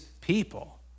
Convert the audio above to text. people